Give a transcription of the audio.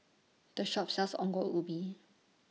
The Shop sells Ongol Ubi